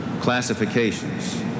classifications